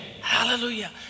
Hallelujah